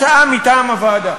הצעה מטעם הוועדה.